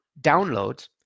downloads